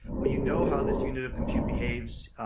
when you know how this unite of compute behaves,